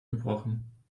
gebrochen